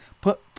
put